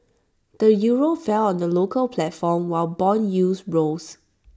the euro fell on the local platform while Bond yields rose